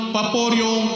Paporio